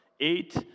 Eight